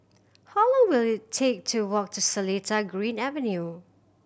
how long will it take to walk to Seletar Green Avenue